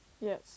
Yes